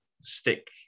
stick